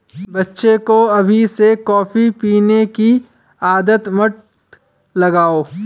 बच्चे को अभी से कॉफी पीने की आदत मत लगाओ